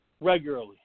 regularly